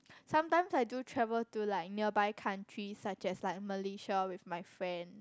sometimes I do travel to like nearby countries such as like malaysia with my friend